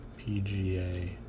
PGA